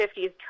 1950s